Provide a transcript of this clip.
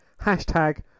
Hashtag